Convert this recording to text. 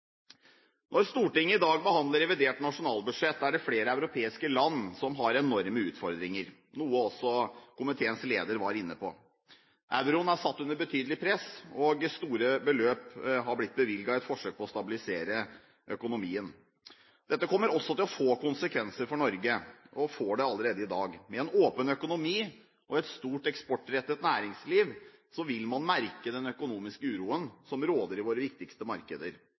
Når Stortinget i dag behandler revidert nasjonalbudsjett, er det flere europeiske land som har enorme utfordringer, noe også komiteens leder var inne på. Euroen er satt under betydelig press, og store beløp har blitt bevilget i et forsøk på å stabilisere økonomien. Dette kommer også til å få konsekvenser for Norge og får det allerede i dag. Med en åpen økonomi og et stort eksportrettet næringsliv vil man merke den økonomiske uroen som råder i våre viktigste markeder.